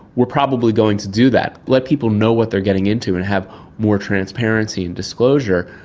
we're probably going to do that. let people know what they're getting into and have more transparency and disclosure.